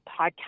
podcast